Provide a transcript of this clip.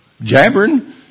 jabbering